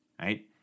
right